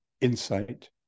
insight